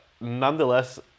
nonetheless